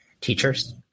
teachers